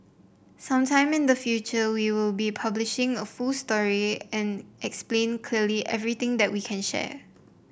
some time in the future we will be publishing a full story and explain clearly everything that we can share